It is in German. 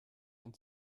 ein